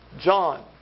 John